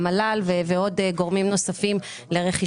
יש גל די גדול של בקשות נשק בשנה